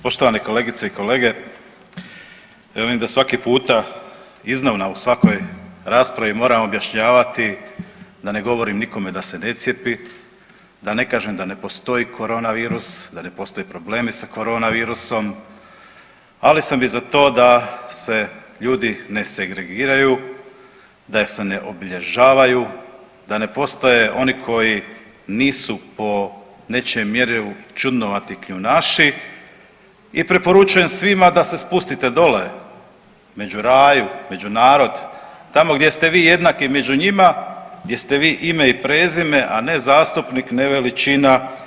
Poštovani kolegice i kolege, evo vidim da svaki puta iznova u svakoj raspravi moram objašnjavati da ne govorim nikom da se ne cijepi, da ne kažem da ne postoji koronavirus, da ne postoje problemi sa koronavirusom, ali sam i za to da se ljudi ne segregiraju, da se ne obilježavaju, da ne postoje oni koji nisu po nečijem mjerilu čudnovati kljunaši i preporučujem svima da se spustite dolje među raju, među narod, tamo gdje ste vi jednaki među njima, gdje ste vi ime i prezime, a ne zastupnik, ne veličina.